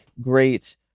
great